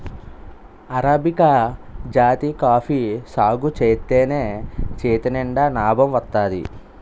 arabica జాతి coffee సాగుజేత్తేనే చేతినిండా నాబం వత్తాది